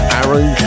Aaron